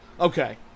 Okay